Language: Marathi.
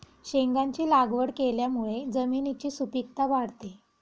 शेंगांची लागवड केल्यामुळे जमिनीची सुपीकता वाढते